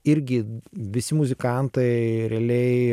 irgi visi muzikantai realiai